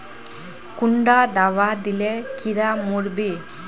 कुंडा दाबा दिले कीड़ा मोर बे?